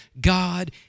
God